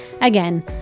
Again